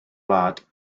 wlad